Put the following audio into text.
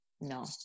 No